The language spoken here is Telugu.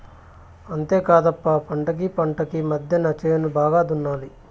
అంతేకాదప్ప పంటకీ పంటకీ మద్దెన చేను బాగా దున్నాలి